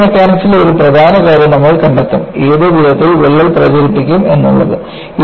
fracture മെക്കാനിക്സിലെ ഒരു പ്രധാന കാര്യം നമ്മൾ കണ്ടെത്തും ഏത് വിധത്തിൽ വിള്ളൽ പ്രചരിപ്പിക്കും എന്നുള്ളത്